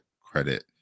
credit